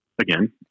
again